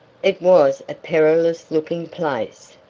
it was a perilous-looking place,